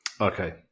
Okay